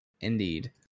Indeed